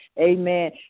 Amen